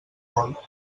vol